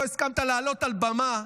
לא הסכמת לעלות על במה,